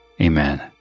amen